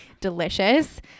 delicious